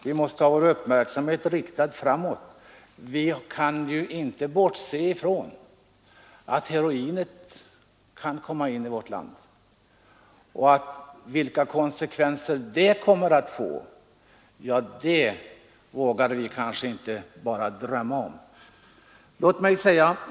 Vi måste ha vår uppmärksamhet riktad framåt; vi kan ju inte bortse ifrån att heroinet kan komma in i vårt land, men vilka konsekvenser det skulle få vågar vi inte ens drömma om.